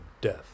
death